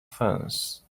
fence